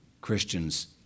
Christians